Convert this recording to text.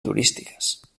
turístiques